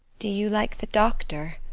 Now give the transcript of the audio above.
do you like the doctor?